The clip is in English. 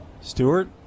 stewart